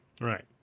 Right